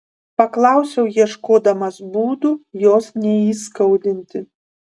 paklausiau ieškodamas būdų jos neįskaudinti